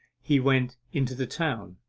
he went into the town.